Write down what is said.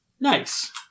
Nice